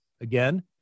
Again